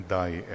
die